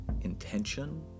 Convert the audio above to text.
intention